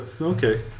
Okay